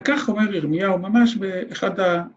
כך אומר ירמיהו ממש באחת ה...